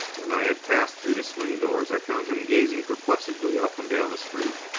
when i had passed through the swing-doors, i found him gazing perplexedly up and down the street.